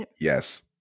yes